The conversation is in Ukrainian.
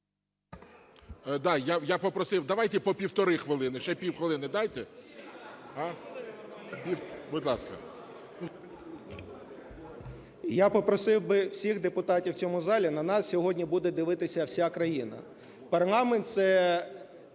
я попросив би всіх депутатів у цьому залі, на нас сьогодні буде дивитися вся країна.